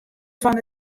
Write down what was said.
fan